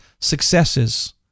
successes